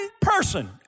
person